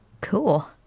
Cool